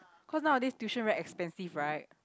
cause nowadays tuition very expensive right